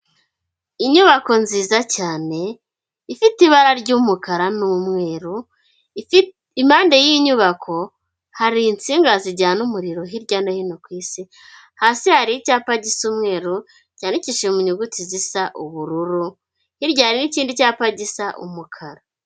Inyubako nziza cyane ifite ibara ry'umukara n'umweru, impande y'iyi nyubako hari insinga zijyana umuriro hirya no hino ku isi, hasi hari icyapa gisa umweru cyandikishije mu nyuguti zisa ubururu, hirya hari n'ikindi cyapa gisa umukara.